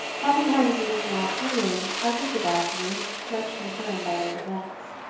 having had his original opinion of his sagacity much confirmed by late events.